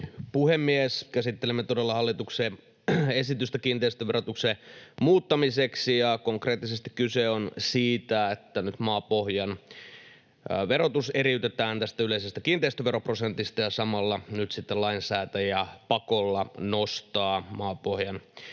puhemies! Käsittelemme todella hallituksen esitystä kiinteistöverotuksen muuttamiseksi. Konkreettisesti kyse on siitä, että nyt maapohjan verotus eriytetään tästä yleisestä kiinteistöveroprosentista ja samalla nyt sitten lainsäätäjä pakolla nostaa maapohjan